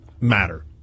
matter